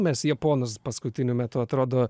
mes japonus paskutiniu metu atrodo